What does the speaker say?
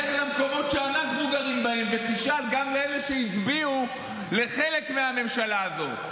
לך למקומות שאנחנו גרים בהם ותשאל גם את אלה שהצביעו לחלק מהממשלה הזאת.